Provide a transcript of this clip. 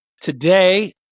Today